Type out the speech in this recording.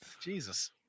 Jesus